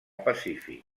pacífic